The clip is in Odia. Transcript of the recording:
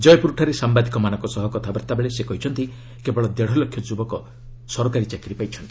କୟପୁରଠାରେ ସାମ୍ଭାଦିକମାନଙ୍କ ସହ କଥାବାର୍ତ୍ତାବେଳେ ସେ କହିଛନ୍ତି କେବଳ ଦେଢ଼ ଲକ୍ଷ ଯୁବକ ସରକାରୀ ଚାକିରି ପାଇଛନ୍ତି